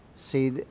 See